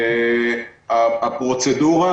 הפרוצדורה,